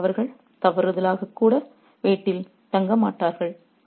இப்போது அவர்கள் தவறுதலாக கூட வீட்டில் தங்க மாட்டார்கள்